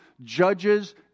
judges